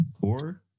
Four